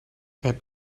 add